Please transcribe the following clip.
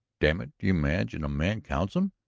damn it, do you imagine a man counts em?